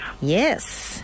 Yes